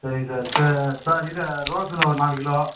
சரிங்க sir sir sir இது ரோஸ்ஸுல ஒரு நாலு கிலோ